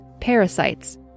parasites